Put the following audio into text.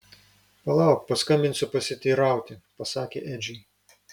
palauk paskambinsiu pasiteirauti pasakė edžiui